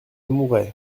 mouret